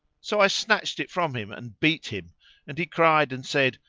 so i snatched it from him and beat him and he cried and said,